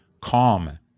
calm